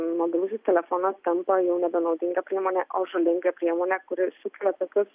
mobilusis telefonas tampa jau nebenaudinga priemone o žalinga priemone kuri sukelia tokius